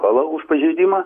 kolą už pažeidimą